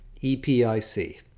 E-P-I-C